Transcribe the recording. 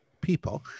people